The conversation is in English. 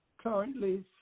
currently